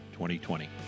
2020